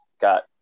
got